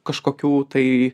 kažkokių tai